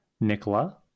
nicola